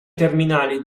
terminali